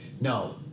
No